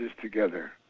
together